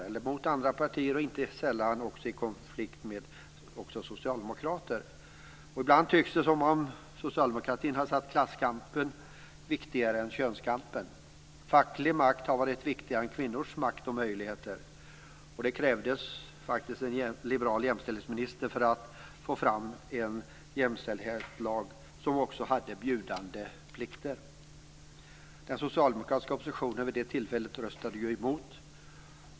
Inte sällan har de också varit i konflikt med socialdemokrater. Ibland tycks det som om socialdemokratin har satt upp klasskampen som viktigare än könskampen. Facklig makt har varit viktigare än kvinnors makt och möjligheter. Det krävdes faktiskt en liberal jämställdhetsminister för att få fram en jämställdhetslag som också hade bjudande plikter. Den socialdemokratiska oppositionen vid det tillfället röstade ju mot.